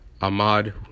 Ahmad